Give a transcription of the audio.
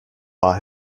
wahr